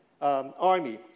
army